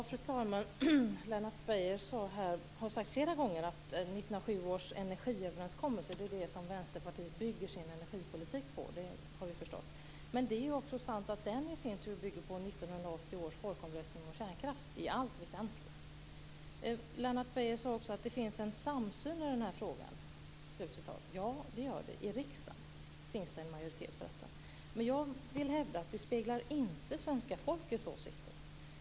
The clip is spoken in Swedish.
Fru talman! Lennart Beijer har flera gånger sagt att Vänsterpartiet bygger sin energipolitik på 1997 års energiöverenskommelse. Det har vi förstått. Men det är också sant att den i sin tur i allt väsentligt bygger på 1980 års folkomröstning om kärnkraft. Lennart Beijer sade också att det finns en samsyn i den här frågan. Ja, det gör det - i riksdagen finns det en majoritet för detta. Men jag vill hävda att det inte speglar svenska folkets åsikter.